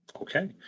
Okay